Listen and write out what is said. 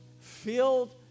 filled